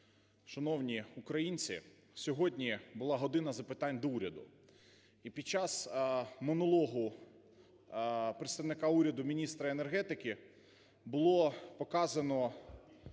Шановні українці, сьогодні була "година запитань до Уряду". І під час монологу представника уряду, міністра енергетики, було показано